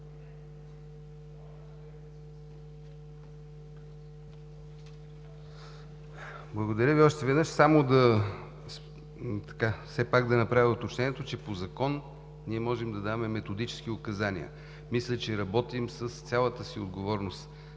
Благодаря Ви. Още веднъж само да направя уточнението, че по закон ние можем да даваме методически указания. Мисля, че работим с цялата си отговорност,